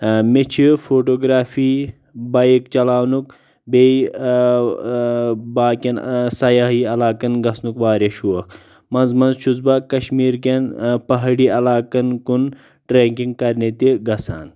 مے چھ photography bike چلاونک بیٚیہِ باقین سیاحی علاقن گژھنک واریاہ شوق منز منز چھُس بہ کشمیر کٮ۪ن پہٲڑی علاقن کُن ٹریکنگ کرنہِ تہِ گژھان